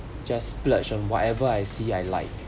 just splurge on whatever I see I like